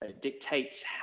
dictates